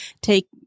take